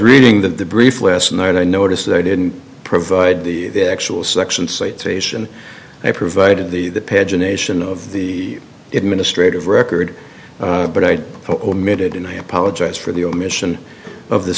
reading that the brief last night i noticed that i didn't provide the actual section citation i provided the pagination of the administrative record but i omitted and i apologize for the omission of the